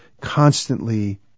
constantly